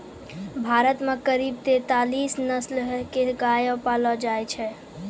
भारत मॅ करीब तेतालीस नस्ल के गाय पैलो जाय छै